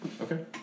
Okay